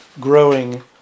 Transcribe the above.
growing